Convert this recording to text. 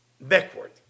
backward